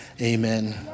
Amen